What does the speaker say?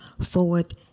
forward